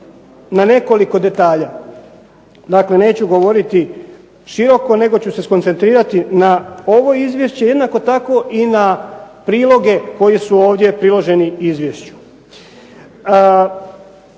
na nekoliko detalja. Dakle, neću govoriti široko nego ću se koncentrirati na ovo izvješće, jednako tako i na priloge koji su ovdje priloženi izvješću.